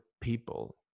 people